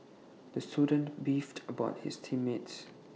the student beefed about his team mates